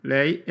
Lei